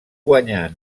guanyà